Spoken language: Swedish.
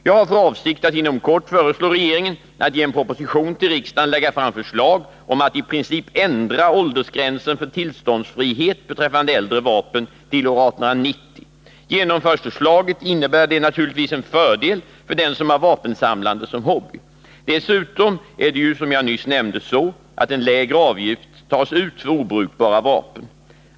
Jag har för avsikt att inom kort föreslå regeringen att i en proposition till riksdagen lägga fram förslag om att i princip ändra åldersgränsen för tillståndsfrihet beträffande äldre vapen till år 1890. Genomförs förslaget innebär det naturligtvis en fördel för den som har vapensamlande som hobby. Dessutom är det ju som jag nyss nämnde så, att en lägre avgift tas ut för obrukbara vapen.